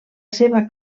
seva